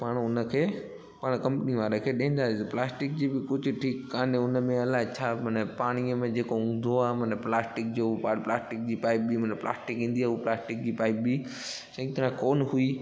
त पाणि हुनखे पाणि कंपनी वारे खे ॾींदासीं प्लास्टिक जी बि कुझु ठीकु कान्हे हुन में इलाही छा माना पाणीअ में जेको हूंदो आहे माना प्लास्टिक जो उहो पाट प्लास्टिक जी पाइप बि माना प्लास्टिक ईंदी आहे हू प्लास्टिक जी पाइप बि सही तरह कोन हुई